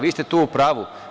Vi ste tu u pravu.